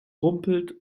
rumpelt